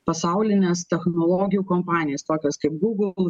pasaulines technologijų kompanijas tokias kaip google